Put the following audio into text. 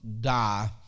die